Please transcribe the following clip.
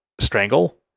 Strangle